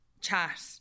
chat